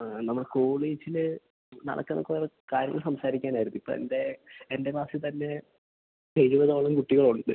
ആ നമ്മളെ കോളേജിൽ നടക്കുന്ന കുറേ കാര്യങ്ങൾ സംസാരിക്കാനായിരുന്നു ഇപ്പം എൻ്റെ എൻ്റെ ക്ലാസിൽ തന്നെ ഇരുപതോളം കുട്ടികളുണ്ട്